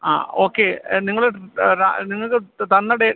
ആ ഓക്കെ നിങ്ങള് നിങ്ങൾക്ക് തന്ന ഡേ